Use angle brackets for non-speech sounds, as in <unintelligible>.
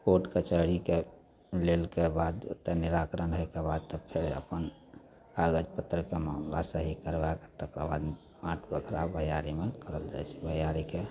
court कचहरीके लेलके बाद ओतए निराकरण होइके बाद तब फेर अपन कागज पत्तरके सही करबैके तकरबाद बाँट बखरा भैआरीमे <unintelligible> भैआरीके